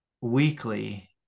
weekly